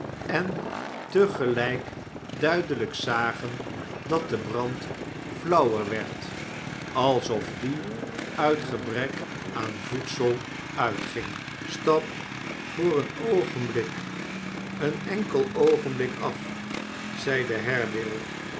en te gelijk duidelijk zagen dat de brand flauwer werd alsof die uit gebrek aan voedsel uitging stap voor een oogenblik een enkel oogenblik af zeide